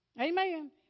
Amen